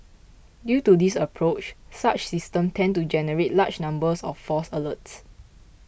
due to this approach such systems tend to generate large numbers of false alerts